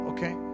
Okay